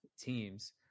teams –